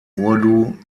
urdu